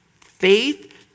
Faith